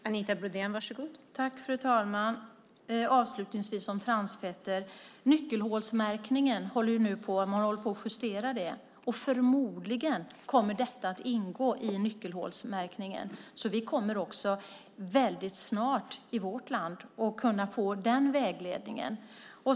Fru talman! Avslutningsvis vill jag säga om transfetter att nyckelhålsmärkningen nu håller på att justeras. Förmodligen kommer detta att ingå i nyckelhålsmärkningen, så vi kommer snart att också i vårt land kunna få den vägledningen.